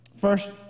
First